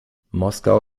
moskau